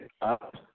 up